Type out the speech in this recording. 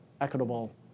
equitable